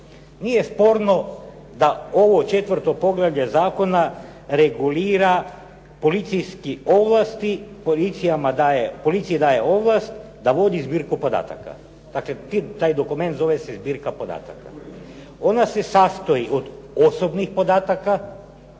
Nije sporno da ovo 4. poglavlje zakona regulira policijske ovlasti, policiji daje ovlast da vodi zbirku podataka. Dakle, taj dokument zove se zbirka podataka. Ona se sastoji od osobnih podataka,